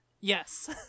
yes